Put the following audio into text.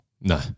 No